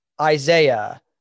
Isaiah